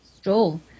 Stroll